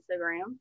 Instagram